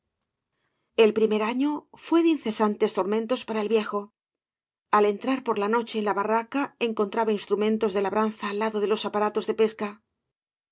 el primer año fué de incesantes tormentos para el viejo al entrar por la noche en la barraca encontraba instrumentos de labranza al lado de los aparatos de pesca